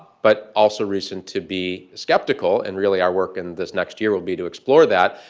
but also reason to be skeptical. and really, our work in this next year will be to explore that.